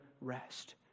rest